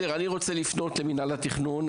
לעבור למינהל התכנון.